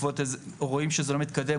רואים שזה לא מתקדם,